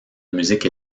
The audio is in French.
musique